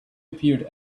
appeared